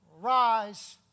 rise